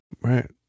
Right